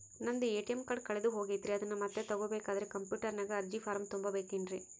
ನಂದು ATM card ಕಳೆದು ಹೋಗೈತ್ರಿ ಅದನ್ನು ಮತ್ತೆ ತಗೋಬೇಕಾದರೆ ಕಂಪ್ಯೂಟರ್ ನಾಗ ಅರ್ಜಿ ಫಾರಂ ತುಂಬಬೇಕನ್ರಿ?